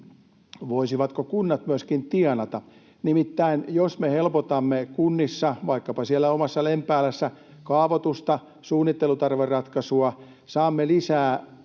voisivatko kunnat myöskin tienata. Nimittäin, jos me helpotamme kunnissa, vaikkapa siellä omassa Lempäälässä, kaavoitusta, suunnittelutarveratkaisua, saamme lisää